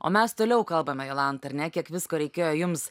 o mes toliau kalbame jolanta ar ne kiek visko reikėjo jums